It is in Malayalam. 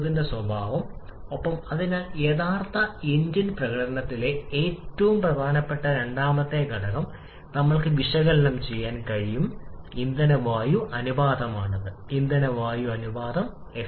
ഡോട്ട് ഇട്ടപ്പോൾ ചുവന്ന വരയാണ് ഞാൻ സംസാരിക്കുന്നത് യഥാർത്ഥമായത് കണക്കിലെടുക്കുന്ന ഈ പ്രത്യേക വരിയെക്കുറിച്ചാണ് വിപുലീകരണം സമയത്ത് നിർദ്ദിഷ്ട താപത്തിൽ മാറ്റം വരുത്തുന്നതിനുള്ള ചക്രം താപനില